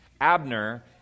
Abner